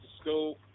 school